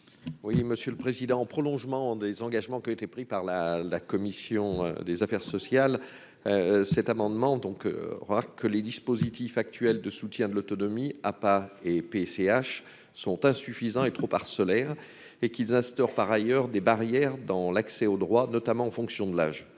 Oui, monsieur le Président, en prolongement des engagements qui ont été pris par la la commission des affaires sociales, cet amendement donc rare que les dispositifs actuels de soutien de l'autonomie a pas et PCH sont insuffisants et trop parcellaires, et qui instaure par ailleurs des barrières dans l'accès aux droits, notamment en fonction de l'âge